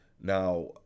Now